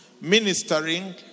ministering